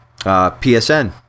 PSN